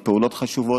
עם פעולות חשובות.